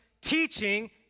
teaching